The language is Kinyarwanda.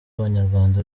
abanyarwanda